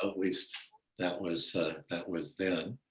ah least that was that was then.